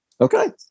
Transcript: Okay